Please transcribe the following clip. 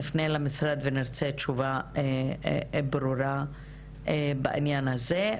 נפנה למשרד ונרצה תשובה ברורה בעניין הזה.